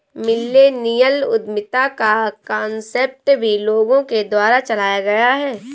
millennial उद्यमिता का concept भी लोगों के द्वारा चलाया गया है